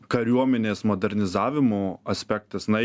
kariuomenės modernizavimo aspektas na